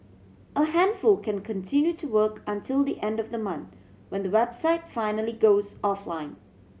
a handful can continue to work until the end of the month when the website finally goes offline